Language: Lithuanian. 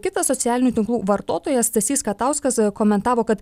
kitas socialinių tinklų vartotojas stasys katauskas komentavo kad